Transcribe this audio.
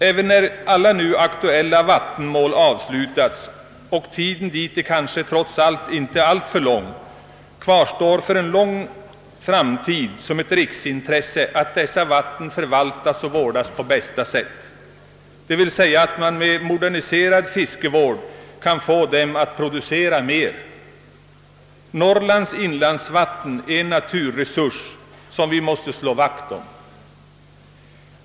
Även när alla nu aktuella vattenmål avslutats — och tiden dit är kanske trots allt inte alltför lång — kvarstår för lång tid framåt som ett riksintresse att dessa vatten förvaltas och vårdas på bästa sätt, d.v.s. så att man med en moderniserad fiskevård kan få dem att producera mera. Norrlands inlandsvatten är en naturtillgång som vi måste slå vakt om.